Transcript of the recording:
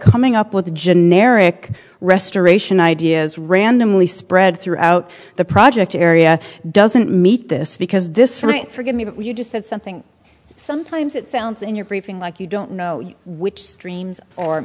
coming up with generic restoration ideas randomly spread throughout the project area doesn't meet this because this right forgive me you just said something sometimes it sounds in your briefing like you don't know which streams or